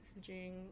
messaging